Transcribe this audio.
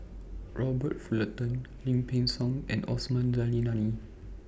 Robert Fullerton Lim Peng Siang and Osman Zailani